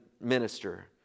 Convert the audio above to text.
minister